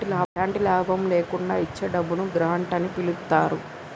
ఎలాంటి లాభం లేకుండా ఇచ్చే డబ్బును గ్రాంట్ అని పిలుత్తారు